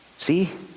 See